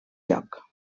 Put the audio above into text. joc